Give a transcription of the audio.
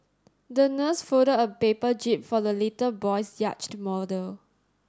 the nurse folded a paper jib for the little boy's yacht model